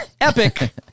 Epic